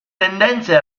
tendenze